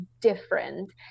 different